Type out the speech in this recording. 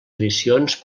edicions